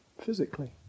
physically